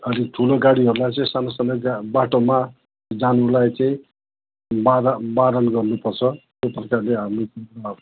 अलिक ठुलो गाडीहरूलाई चाहिँ सानो सानो गा बाटोमा जानुलाई चाहिँ बाधा बारन गर्नु पर्छ त्यस प्रकारले हामी